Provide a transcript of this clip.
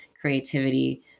creativity